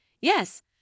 Yes